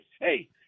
hey